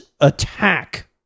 attack